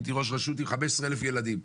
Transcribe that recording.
הייתי ראש רשות עם 15,000 ילדים.